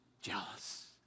jealous